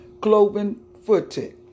cloven-footed